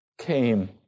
came